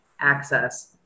access